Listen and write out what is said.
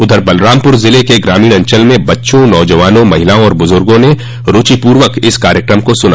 उधर बलरामपुर ज़िले के ग्रामीण अंचल में बच्चों नौजवानो महिलाओं व बुजुर्गो ने रूचि पूर्वक इस कार्यक्रम को सुना